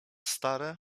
stare